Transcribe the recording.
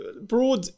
broad